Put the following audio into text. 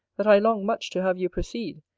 that i long much to have you proceed,